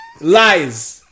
Lies